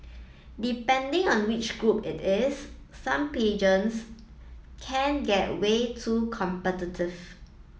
depending on which group it is some pageants can get way too competitive